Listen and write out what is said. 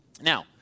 Now